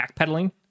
backpedaling